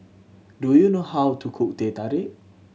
do you know how to cook Teh Tarik